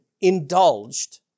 indulged